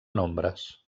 nombres